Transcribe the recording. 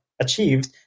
achieved